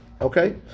okay